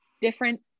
different